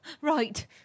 right